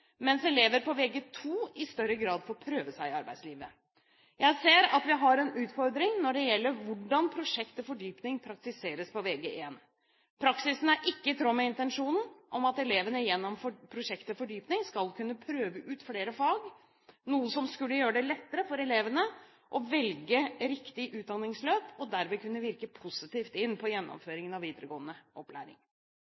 mens elever på Vg2 i større grad får prøve seg i arbeidslivet. Jeg ser at vi har en utfordring når det gjelder hvordan prosjekt til fordypning praktiseres på Vg1. Praksisen er ikke i tråd med intensjonen om at elevene gjennom prosjekt til fordypning skal kunne prøve ut flere fag, noe som skulle gjøre det lettere for elevene å velge riktig utdanningsløp og derved kunne virke positivt inn på